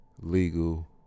legal